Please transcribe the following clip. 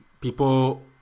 people